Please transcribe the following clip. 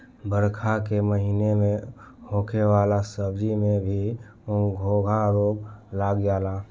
बरखा के महिना में होखे वाला सब्जी में भी घोघा रोग लाग जाला